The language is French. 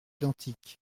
identiques